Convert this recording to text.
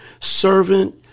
servant